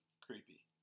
Creepy